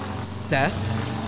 Seth